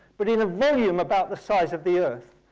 but in a volume about the size of the earth.